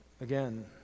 Again